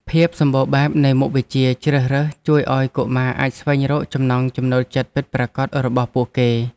ភាពសម្បូរបែបនៃមុខវិជ្ជាជ្រើសរើសជួយឱ្យកុមារអាចស្វែងរកចំណង់ចំណូលចិត្តពិតប្រាកដរបស់ពួកគេ។